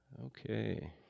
Okay